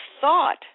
thought